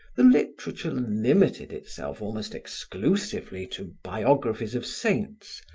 the literature limited itself almost exclusively to biographies of saints,